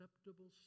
acceptable